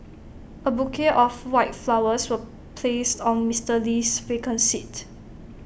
A bouquet of white flowers was placed on Mister Lee's vacant seat